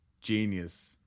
genius